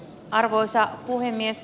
arvoisa puhemies